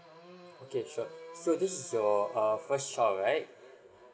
okay sure so this is your err first child right